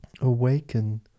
awaken